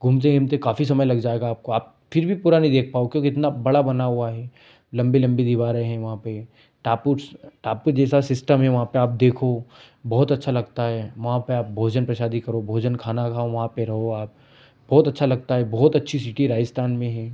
घूमते घूमते काफी समय लग जाएगा आपको आप फिर भी पूरा नहीं देख पाओ क्योंकि इतना बड़ा बना हुआ है लंबी लंबी दीवारे हैं वहाँ पर टापूस टापू जैसा सिस्टम है वहाँ पर आप देखो बहुत अच्छा लगता है वहाँ पर आप भोजन प्रशादी करो भोजन खाना खाओ वहाँ पर रहो आप बहुत अच्छा लगता है बहुत अच्छी सिटी राजस्थान में है